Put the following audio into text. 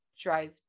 drive